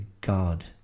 god